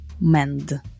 mend